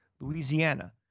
Louisiana